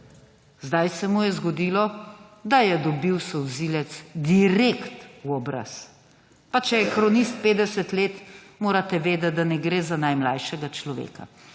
Zdaj se mu je zgodilo, da je dobil solzivec direkt v obraz. Pa če je kronist 50 let, morate vedeti, da ne gre za najmlajšega človeka,